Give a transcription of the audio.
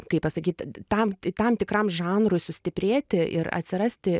kaip pasakyt tam tam tikram žanrui sustiprėti ir atsirasti